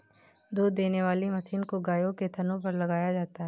दूध देने वाली मशीन को गायों के थनों पर लगाया जाता है